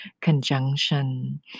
conjunction